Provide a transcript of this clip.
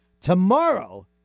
Tomorrow